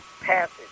passage